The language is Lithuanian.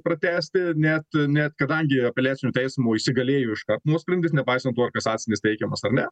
pratęsti net net kadangi apeliacinio teismo įsigalėjo iškart nuosprendis nepaisant to ar kasacinis teikiamas ar ne